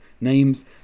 names